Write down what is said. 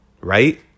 Right